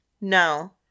No